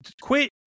quit